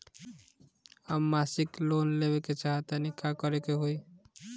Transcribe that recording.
हम मासिक लोन लेवे के चाह तानि का करे के होई?